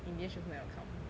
in the end she also never come